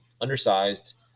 undersized